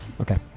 Okay